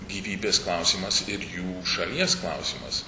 gyvybės klausimas ir jų šalies klausimas